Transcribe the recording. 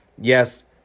yes